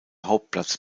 hauptplatz